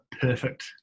perfect